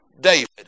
David